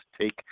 take